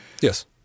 Yes